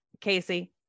Casey